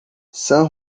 san